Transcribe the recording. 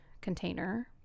container